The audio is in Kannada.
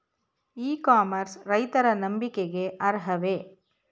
ಇ ಕಾಮರ್ಸ್ ರೈತರ ನಂಬಿಕೆಗೆ ಅರ್ಹವೇ?